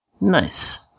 Nice